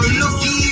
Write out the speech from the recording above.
looky